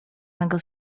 mego